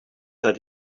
that